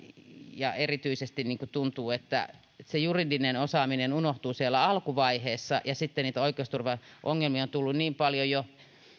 erityisesti tuntuu että se juridinen osaaminen unohtuu siellä alkuvaiheessa ja sitten niitä oikeusturvaongelmia on tullut niin paljon jo